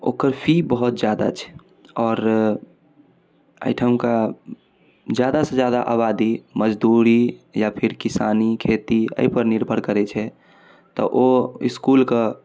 ओकर फी बहुत जादा छै आओर एहिठामके जादासँ ज्यादा आबादी मजदूरी या फिर किसानी खेती एहिपर निर्भर करै छै तऽ ओ इसकुलके